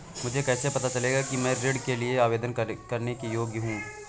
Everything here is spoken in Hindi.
मुझे कैसे पता चलेगा कि मैं ऋण के लिए आवेदन करने के योग्य हूँ?